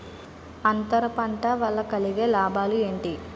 అంతర పంట వల్ల కలిగే లాభాలు ఏంటి